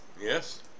Yes